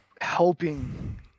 helping